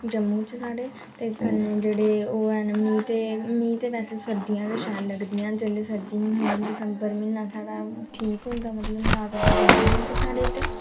जम्मू च मतलब ते जेह्ड़े एह् है'न मी ते मी ते बैसे सर्दियां गै शैल लगदियां न जेल्लै सर्दियां बी है'न गर्मियां च साढ़ा ठीक होंदा मतलब आजाद होंदा ते गर्मियें च साढ़े इद्धर